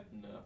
No